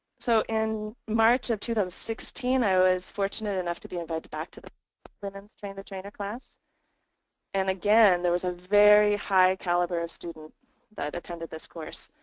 so in march of two thousand and sixteen i was fortunate enough to be invited back to the women's train the trainer class and again there was a very high caliper of student that attended this course.